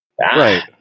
Right